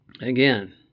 Again